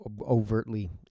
overtly